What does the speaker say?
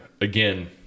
again